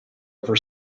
over